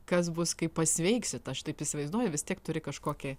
kas bus kai pasveiksit aš taip įsivaizduoju vis tiek turi kažkokį